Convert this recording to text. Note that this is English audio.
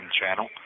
channel